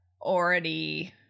already